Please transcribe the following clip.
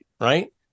right